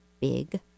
big